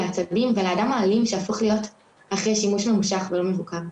לעצבים ולאדם האלים שיהפוך להיות אחרי שימוש ממושך ולא מבוקר.